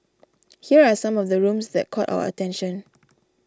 here are some of the rooms that caught our attention